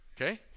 Okay